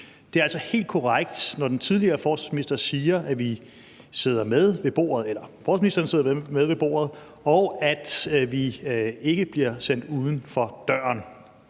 Det er altså helt korrekt, når den tidligere forsvarsminister siger, at vi, altså forsvarsministeren, sidder med ved bordet, og at vi ikke bliver sendt uden for døren.